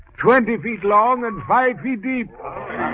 twenty feet long and five feet deep